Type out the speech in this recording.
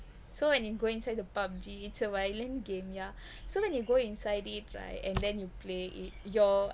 so when you go inside the PUBG it's violent game yeah so when you go inside it right and then you play it your